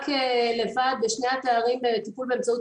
רק לבד בשני התארים של טיפול באמצעות